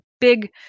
big